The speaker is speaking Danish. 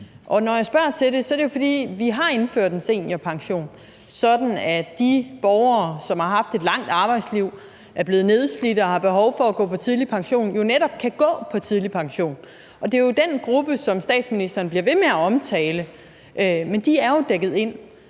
Når jeg spørger til det, er det jo, fordi vi har indført en seniorpension, sådan at de borgere, som har haft et langt arbejdsliv, er blevet nedslidt og har behov for at gå på tidlig pension, jo netop kan gå på tidlig pension. Og det er den gruppe, som statsministeren bliver ved med at omtale, men de er jo dækket ind.